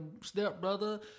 stepbrother